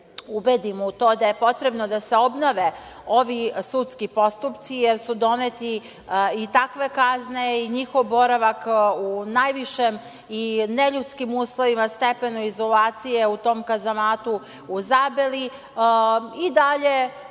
ubedimo u to da je potrebno da se obnovi ovi sudski postupci, jer su doneti i takve kazne i njihov boravak u najvišem i neljudskim uslovima, stepenu izolacije u tom kazamatu u Zabeli, i dalje